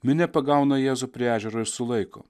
minia pagauna jėzų prie ežero ir sulaiko